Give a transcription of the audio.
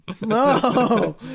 No